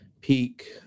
peak